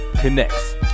Connects